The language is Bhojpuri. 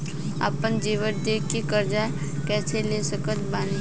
आपन जेवर दे के कर्जा कइसे ले सकत बानी?